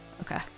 Okay